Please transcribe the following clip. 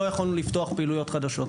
לא יכולנו לפתוח פעילויות חדשות.